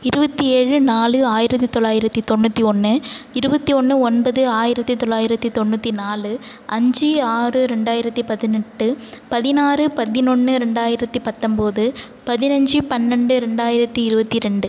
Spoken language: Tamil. இருபத்தி ஏழு நாலு ஆயிரத்தி தொள்ளாயிரத்தி தொண்ணூற்றி ஒன்று இருபத்தி ஒன்று ஒன்பது ஆயிரத்தி தொள்ளாயிரத்தி தொண்ணூற்றி நாலு அஞ்சு ஆறு ரெண்டாயிரத்தி பதினெட்டு பதினாறு பதினொன்று ரெண்டாயிரத்தி பத்தொம்பது பதினஞ்சி பன்னெண்டு ரெண்டாயிரத்தி இருபத்தி ரெண்டு